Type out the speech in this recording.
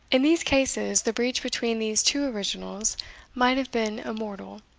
in these cases, the breach between these two originals might have been immortal,